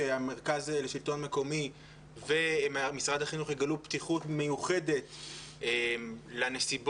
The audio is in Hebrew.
שהמרכז לשלטון מקומי ומשרד החינוך יגלו פתיחות מיוחדת לנסיבות